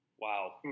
Wow